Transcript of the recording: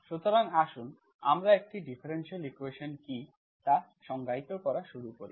সুতরাং আসুন আমরা একটি ডিফারেনশিয়াল ইকুয়েশন্ কী তা সংজ্ঞায়িত করা শুরু করি